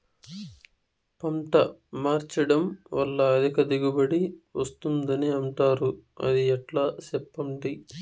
పంట మార్చడం వల్ల అధిక దిగుబడి వస్తుందని అంటారు అది ఎట్లా సెప్పండి